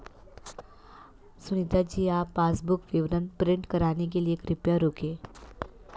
सुनीता जी आप पासबुक विवरण प्रिंट कराने के लिए कृपया रुकें